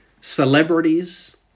Celebrities